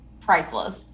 priceless